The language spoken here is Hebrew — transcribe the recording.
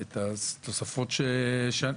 הוועדה שאמורה לפקח פרלמנטרית על החוק הזה,